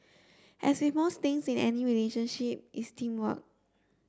as with most things in any relationship it's teamwork